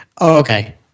okay